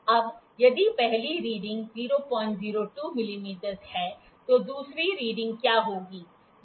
अब यदि पहली रीडिंग 002 मिमी है तो दूसरी रीडिंग क्या होगी